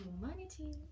humanity